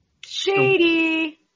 Shady